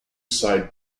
side